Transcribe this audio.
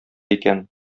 икән